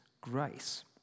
grace